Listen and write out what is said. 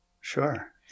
sure